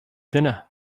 dinner